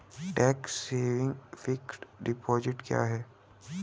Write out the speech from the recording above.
Tax saving fixed deposit क्या है?